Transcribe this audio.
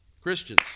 Christians